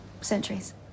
centuries